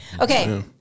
Okay